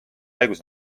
haigus